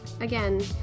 again